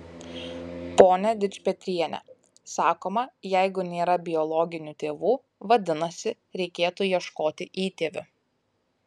pone dičpetriene sakoma jeigu nėra biologinių tėvų vadinasi reikėtų ieškoti įtėvių